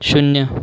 शून्य